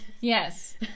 Yes